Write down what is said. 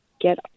get